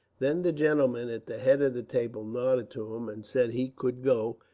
then the gentleman at the head of the table nodded to him, and said he could go,